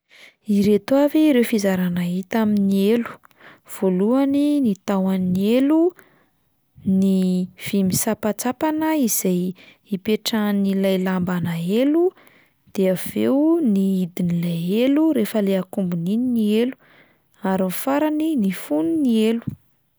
Ireto avy ireo fizarana hita amin'ny elo: voalohany ny tahon'ny elo, ny vy misampantsampana izay ipetrahan'ilay lambanà elo, de avy eo ny hidin'ilay elo rehefa 'lay hakombona iny ny elo, ary ny farany ny fonon'ny elo.